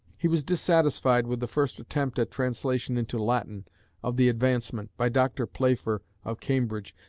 he was dissatisfied with the first attempt at translation into latin of the advancement by dr. playfer of cambridge,